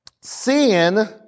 Sin